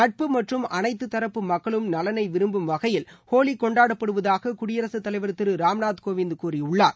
நட்பு மற்றும் அனைத்து தரப்பு மக்களும் நலனை விரும்பும் வகையில் ஹோலி கொண்டாடப்படுவதாக குடியரசுத் தலைவர் திரு ராம்நாத் கோவிந்த் கூறியுள்ளார்